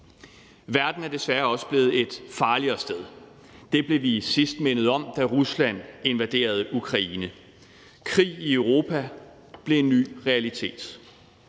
Verden er desværre også blevet et farligere sted. Det blev vi sidst mindet om, da Rusland invaderede Ukraine. Krig i Europa blev en ny realitet.